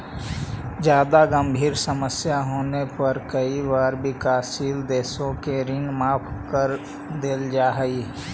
जादा गंभीर समस्या होने पर कई बार विकासशील देशों के ऋण माफ कर देल जा हई